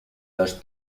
los